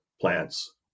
plants